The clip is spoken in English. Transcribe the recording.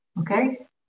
okay